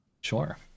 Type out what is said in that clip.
Sure